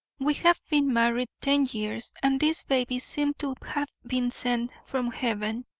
we have been married ten years and this baby seemed to have been sent from heaven.